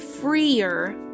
freer